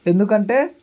ఎందుకంటే